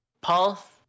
Paul